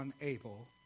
unable